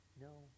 No